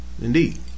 Indeed